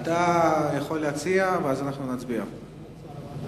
אתה יכול להציע, ואז אנחנו נוכל להצביע.